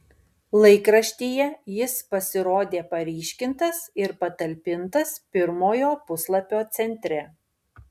laikraštyje jis pasirodė paryškintas ir patalpintas pirmojo puslapio centre